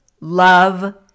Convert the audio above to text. love